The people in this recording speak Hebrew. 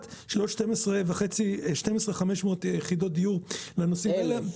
של עוד 12,500 יחידות דיור לנושאים האלה.